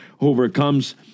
overcomes